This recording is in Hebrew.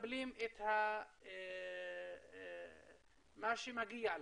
מקבלים את מה שמגיע להם?